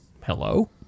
Hello